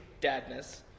dadness